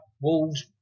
Wolves